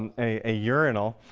and a urinal,